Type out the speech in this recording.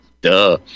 Duh